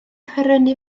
prynu